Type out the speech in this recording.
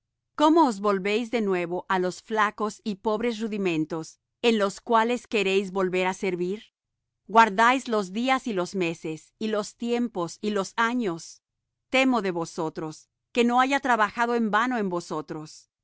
cómo os volvéis de nuevo á los flacos y pobres rudimentos en los cuales queréis volver á servir guardáis los días y los meses y los tiempos y los años temo de vosotros que no haya trabajado en vano en vosotros